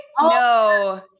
No